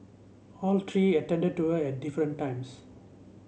all three attended to her at different times